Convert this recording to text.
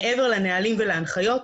מעבר להנחיות והנהלים,